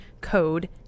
code